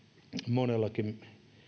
monellakin